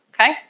Okay